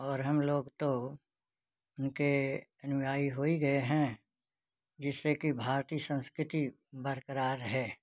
और हम लोग तो उनके अनुयायी हो ही गए हैं जिससे कि भारतीय संस्कृति बरकरार रहे